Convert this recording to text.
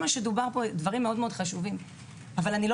נאמרו פה דברים מאוד מאוד חשובים אבל אני לא